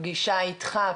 פגישה איתך,